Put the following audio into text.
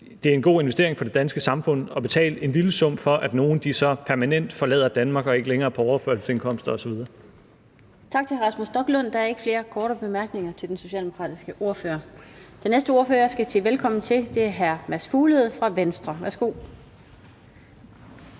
det er en god investering for det danske samfund at betale en lille sum for, at nogle permanent forlader Danmark og ikke længere er på overførselsindkomst osv. Kl. 13:07 Den fg. formand (Annette Lind): Tak til hr. Rasmus Stoklund. Der er ikke flere korte bemærkninger til den socialdemokratiske ordfører. Den næste ordfører, jeg skal sige velkommen til, er hr. Mads Fuglede fra Venstre. Værsgo.